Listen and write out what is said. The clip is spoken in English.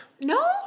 No